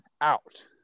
out